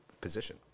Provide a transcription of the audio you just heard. position